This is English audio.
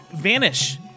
vanish